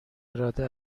اراده